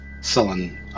sullen